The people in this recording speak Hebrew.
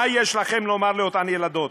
מה יש לכם לומר לאותן ילדות,